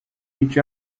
each